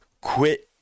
quit